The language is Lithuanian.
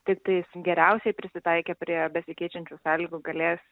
tiktais geriausiai prisitaikę prie besikeičiančių sąlygų galės